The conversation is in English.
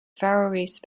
faroese